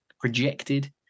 projected